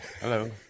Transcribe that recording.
hello